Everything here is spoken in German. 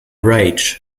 rage